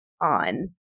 on